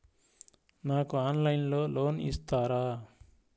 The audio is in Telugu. నాకు ఆన్లైన్లో లోన్ ఇస్తారా?